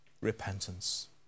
repentance